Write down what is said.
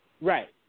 Right